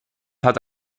hat